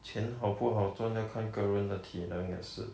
钱好不好赚要看个人的体能也是